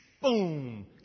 boom